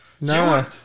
No